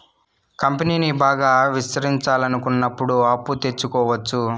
కంపెనీని బాగా విస్తరించాలనుకున్నప్పుడు అప్పు తెచ్చుకోవచ్చు